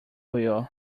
wheel